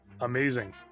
Amazing